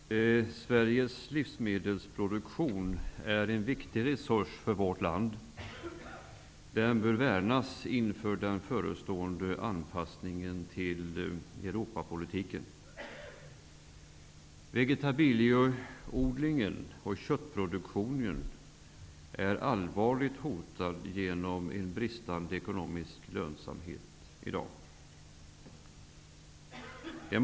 Herr talman! Sveriges livsmedelsproduktion är en viktig resurs för vårt land. Den bör värnas inför den förestående anpassningen till Europapolitiken. Vegetabilieodlingen och köttproduktionen är i dag allvarligt hotade genom en bristande ekonomisk lönsamhet.